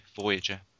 voyager